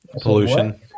Pollution